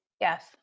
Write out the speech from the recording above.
Yes